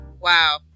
Wow